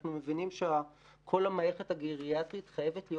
אנחנו מבינים שכל המערכת הגריאטרית חייבת להיות